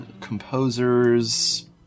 composers